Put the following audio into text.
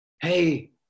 Hey